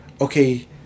okay